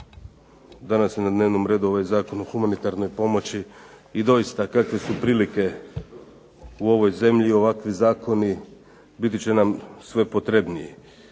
Danas je na dnevnom redu ovaj Zakon o humanitarnoj pomoći i doista kakve su prilike u ovoj zemlji, ovakvi zakoni biti će nam sve potrebniji.